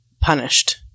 punished